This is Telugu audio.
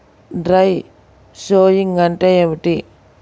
డ్రై షోయింగ్ అంటే ఏమిటి?